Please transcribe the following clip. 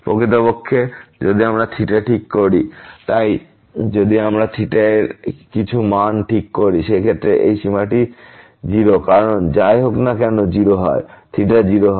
প্রকৃতপক্ষে যদি আমরা ঠিক করি তাই যদি আমরা এর কিছু মান ঠিক করি সেই ক্ষেত্রে এই সীমাটি 0 কারণ যাই হোক না কেন 0 হয়